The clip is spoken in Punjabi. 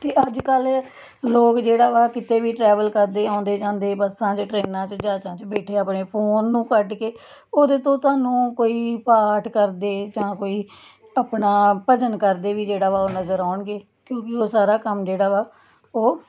ਕਿ ਅੱਜ ਕੱਲ ਲੋਕ ਜਿਹੜਾ ਵਾ ਕਿਤੇ ਵੀ ਟਰੈਵਲ ਕਰਦੇ ਆਉਂਦੇ ਜਾਂਦੇ ਬੱਸਾਂ 'ਚ ਟ੍ਰੇਨਾਂ 'ਚ ਜਹਾਜ਼ਾਂ 'ਚ ਬੈਠੇ ਆਪਣੇ ਫੋਨ ਨੂੰ ਕੱਢ ਕੇ ਉਹਦੇ ਤੋਂ ਤੁਹਾਨੂੰ ਕੋਈ ਪਾਠ ਕਰਦੇ ਜਾਂ ਕੋਈ ਆਪਣਾ ਭਜਨ ਕਰਦੇ ਵੀ ਜਿਹੜਾ ਵਾ ਉਹ ਨਜ਼ਰ ਆਉਣਗੇ ਕਿਉਂਕਿ ਉਹ ਸਾਰਾ ਕੰਮ ਜਿਹੜਾ ਵਾ ਉਹ